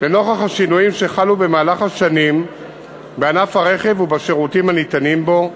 לנוכח השינויים שחלו במהלך השנים בענף הרכב ובשירותים הניתנים בו,